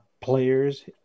players